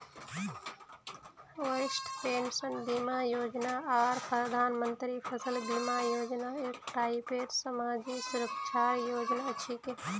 वरिष्ठ पेंशन बीमा योजना आर प्रधानमंत्री फसल बीमा योजना एक टाइपेर समाजी सुरक्षार योजना छिके